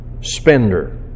spender